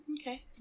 Okay